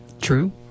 True